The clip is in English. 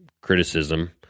criticism